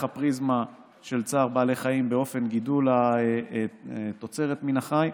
הפריזמה של צער בעלי חיים באופן גידול התוצרת מן החי.